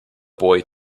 boy